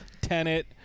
Tenet